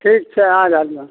ठीक छै आइ रहलियौ हँ